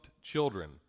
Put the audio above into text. Children